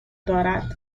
دارد